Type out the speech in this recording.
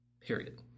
period